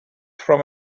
from